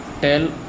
tell